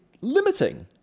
limiting